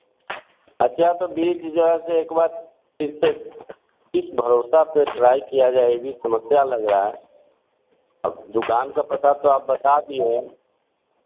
अच्छा तो बीज जो है ऐसे एक बात ठीक से एक भरोसा पर ट्राई किया जाएगी समस्या लग रहा है अब दुकान का पता तो आप बता दिए हैं